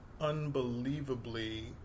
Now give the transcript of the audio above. unbelievably